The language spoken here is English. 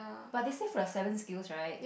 but they say for the seven skills right